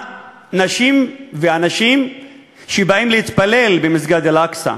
נשים ואנשים שבאים להתפלל במסגד אל-אקצא